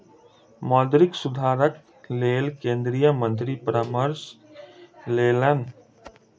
मौद्रिक सुधारक लेल केंद्रीय मंत्री परामर्श लेलैन